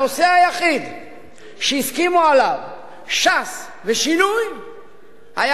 הנושא היחיד שהסכימו עליו ש"ס ושינוי היה